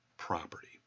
Property